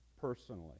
Personally